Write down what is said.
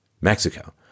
Mexico